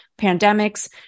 pandemics